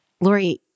Lori